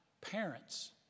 parents